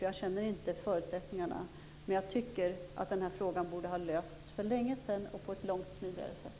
Jag känner inte förutsättningarna. Men jag tycker att frågan borde ha lösts för länge sedan och på ett långt smidigare sätt.